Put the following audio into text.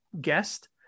guest